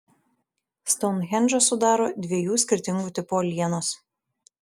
stounhendžą sudaro dviejų skirtingų tipų uolienos